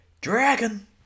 Dragon